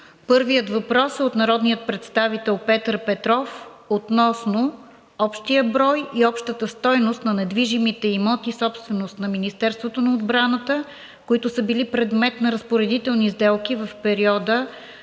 Първият въпрос е от народния представител Петър Петров относно общия брой и общата стойност на недвижимите имоти – собственост на Министерството на отбраната, които са били предмет на разпоредителни сделки в периода